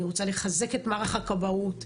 לחזק את מערך הכבאות,